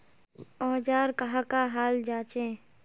औजार कहाँ का हाल जांचें?